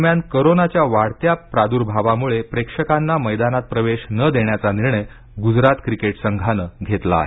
दरम्यान कोरोनाच्या वाढत्या प्रादुर्भावामुळे प्रेक्षकांना मैदानात प्रवेश न देण्याचा निर्णय गुजरात क्रिकेट संघानं घेतला आहे